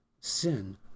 sin